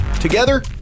Together